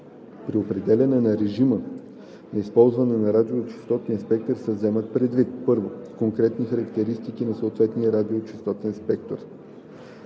При определяне на режима на използване на радиочестотния спектър се вземат предвид: 1. конкретните характеристики на съответния радиочестотен спектър;